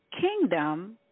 kingdom